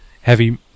heavy